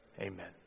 Amen